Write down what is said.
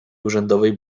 urzędowej